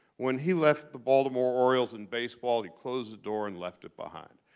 when he left the baltimore orioles in baseball, he closed the door and left it behind.